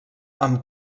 amb